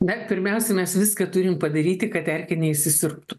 na pirmiausia mes viską turim padaryti kad erkė neįsisiurbti